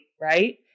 right